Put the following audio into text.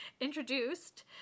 introduced